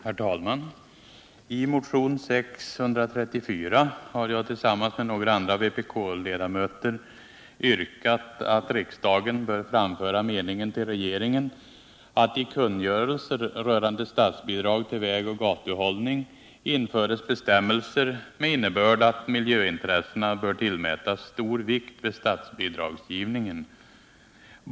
Herr talman! I motionen 634 har jag tillsammans med några andra vpk-ledamöter yrkat att riksdagen bör framföra den meningen till regeringen att i kungörelser rörande statsbidrag till vägoch gatuhållning införs bestämmelser med innebörden att miljöintressena bör tillmätas stor vikt vid statsbidragsgivningen.